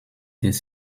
des